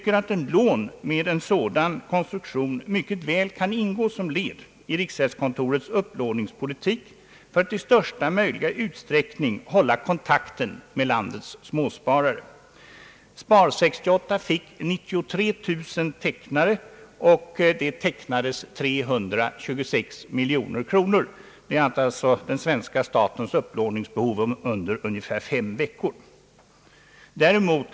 Ett lån med en sådan konstruktion kan mycket väl ingå som ett led i riksgäldskontorets upplåningspolitik för att i största möjliga utsträckning hålla kontakten med landets småsparare. Spar 68 fick 93 000 tecknare, som tecknade 326 miljoner kronor. Detta belopp motsvarar således svenska statens upplåningsbehov under ungefär fem veckor.